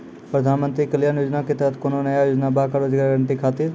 प्रधानमंत्री कल्याण योजना के तहत कोनो नया योजना बा का रोजगार गारंटी खातिर?